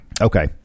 okay